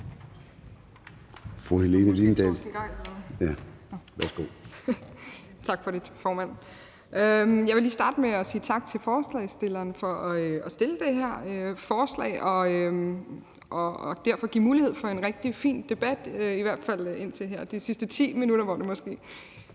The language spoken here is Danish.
Tak for det, formand. Jeg vil lige starte med at sige tak til forslagsstillerne for at fremsætte det her forslag og derfor give mulighed for en rigtig fin debat – i hvert fald indtil de sidste 10 minutter, hvor det måske